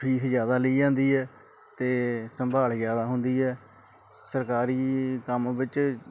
fees ਜ਼ਿਆਦਾ ਲਈ ਜਾਂਦੀ ਹੈ ਅਤੇ ਸੰਭਾਲ ਜ਼ਿਆਦਾ ਹੁੰਦੀ ਹੈ ਸਰਕਾਰੀ ਕੰਮ ਵਿੱਚ